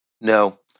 No